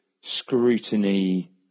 scrutiny